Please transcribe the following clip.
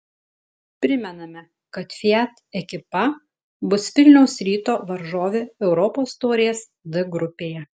primename kad fiat ekipa bus vilniaus ryto varžovė europos taurės d grupėje